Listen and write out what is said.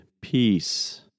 peace